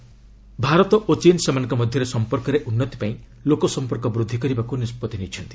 India China Bharat ଓ ଚୀନ୍ ସେମାନଙ୍କର ମଧ୍ୟରେ ସମ୍ପର୍କରେ ଉନ୍ନତି ପାଇଁ ଲୋକସମ୍ପର୍କ ବୃଦ୍ଧି କରିବାକୁ ନିଷ୍କଭି ନେଇଛନ୍ତି